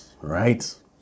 right